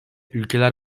ülkeler